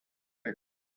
pits